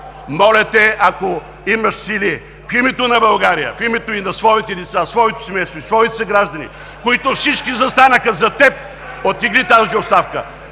моля те, ако имаш сили, в името на България, в името и на своите деца, своето семейство и своите съграждани, които всички застанаха зад теб, оттегли тази оставка!